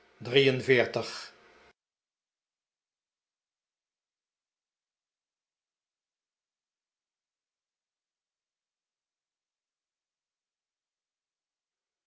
een en veertig